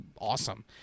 awesome